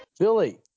Billy